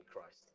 Christ